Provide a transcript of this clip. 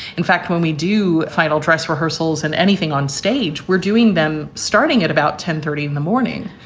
in fact, when we do final dress rehearsals and anything on stage, we're doing them starting at about ten thirty in the morning.